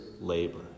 labor